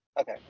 Okay